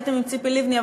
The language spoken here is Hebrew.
והייתם עם ציפי לבני,